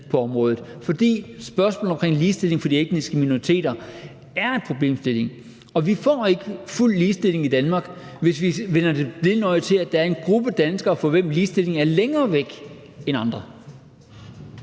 på området. For spørgsmålet omkring ligestilling for de etniske minoriteter er en problemstilling, og vi får ikke fuld ligestilling i Danmark, hvis vi vender det blinde øje til, at der er en gruppe danskere, for hvem ligestilling er længere væk end for andre.